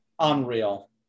Unreal